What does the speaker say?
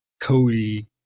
Cody